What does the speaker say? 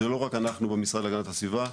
זה לא רק אנחנו במשרד להגנת הסביבה,